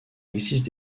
existe